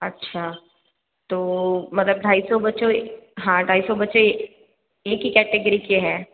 अच्छा तो मतलब ढाई सौ बच्चों हाँ ढाई सौ बच्चे एक ही कैटेगरी के हैं